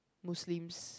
Muslims